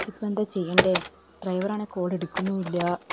ഇതിപ്പം എന്താ ചെയ്യേണ്ടത് ഡ്രൈവറാണെ കോളെടുക്കുന്നുമില്ല